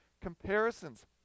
comparisons